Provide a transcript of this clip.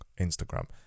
Instagram